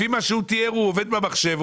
לפי מה שהוא תיאר, הוא עובד עם המחשב.